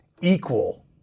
equal